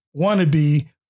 wannabe